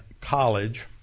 college